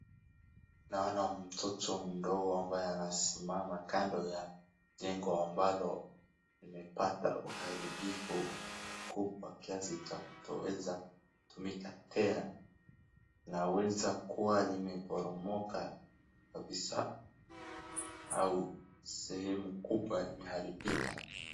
Naona mtoto mdogo ambaye anasimama kando ya jengo ambalo limepata uharibifu kubwa kiasi cha kutoweza kutumika tena. Linaweza kuwa limeporomoka kabisa au sehemu kubwa imeharibika.